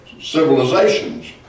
civilizations